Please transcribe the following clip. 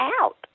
out